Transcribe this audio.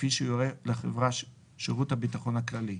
כפי שיורה לחברה שירות הביטחון הכללי: